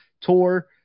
tour